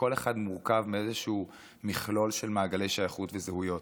כל אחד מורכב ממכלול מעגלי שייכות וזהויות,